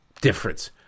difference